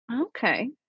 okay